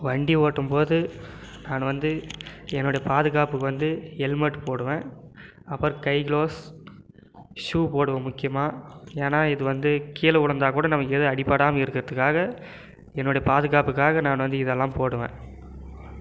வண்டி ஓட்டும் போது நான் வந்து என்னோட பாதுகாப்புக்கு வந்து ஹெல்மெட் போடுவேன் அப்புறம் கை கிளவுஸ் ஷூ போடுவேன் முக்கியமாக ஏன்னா இது வந்து கீழே விழுந்தா கூட நமக்கு ஏதும் அடிப்படாமல் இருக்கிறதுக்காக என்னோடைய பாதுகாப்புக்காக நான் வந்து இதெல்லாம் போடுவேன்